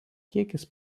kiekis